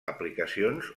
aplicacions